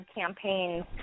campaigns